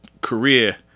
career